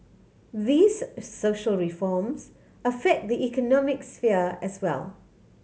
these social reforms affect the economic sphere as well